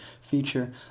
feature